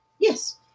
Yes